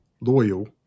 loyal